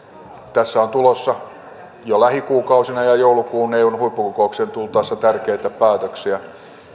tässä on tulossa jo lähikuukausina ja joulukuun eun huippukokoukseen tultaessa tärkeitä päätöksiä